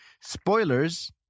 Spoilers